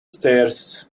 stairs